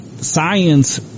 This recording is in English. science